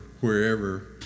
wherever